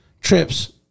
trips